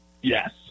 Yes